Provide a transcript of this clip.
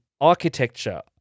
architecture